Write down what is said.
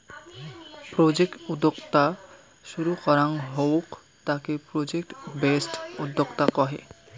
project উদ্যোক্তা শুরু করাঙ হউক তাকে প্রজেক্ট বেসড উদ্যোক্তা কহে